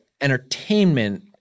entertainment